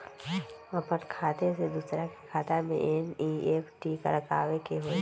अपन खाते से दूसरा के खाता में एन.ई.एफ.टी करवावे के हई?